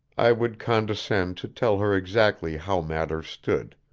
i would condescend to tell her exactly how matters stood.